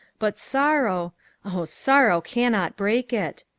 but sorrow oh, sorrow cannot break it.